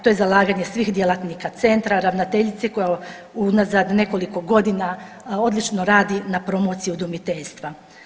To je zalaganje svih djelatnika centra, ravnateljice koja unazad nekoliko godina odlično radi na promociji udomiteljstva.